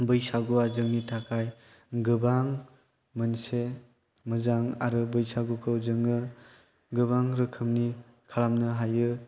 बैसागुआ जोंनि थाखाय गोबां मोनसे मोजां आरो बैसागुखौ जोङो गोबां रोखोमनि खालामनो हायो